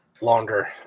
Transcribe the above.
longer